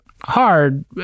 hard